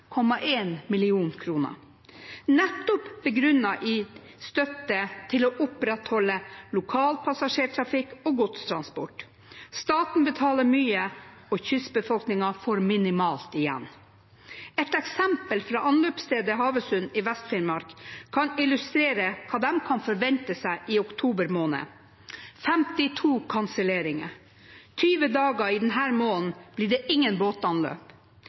godstransport. Staten betaler mye, og kystbefolkningen får minimalt igjen. Et eksempel fra anløpsstedet Havøysund i Vest-Finnmark kan illustrere hva de kan forvente seg i oktober måned: 52 kanselleringer, 20 dager denne måneden blir det ingen båtanløp,